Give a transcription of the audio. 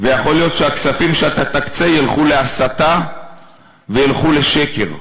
ויכול להיות שהכספים שאתה תקצה ילכו להסתה וילכו לשקר.